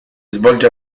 svolge